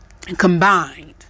combined